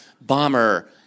bomber